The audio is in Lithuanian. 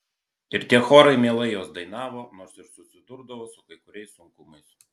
ir tie chorai mielai juos dainavo nors ir susidurdavo su kai kuriais sunkumais